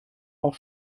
auch